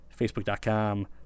Facebook.com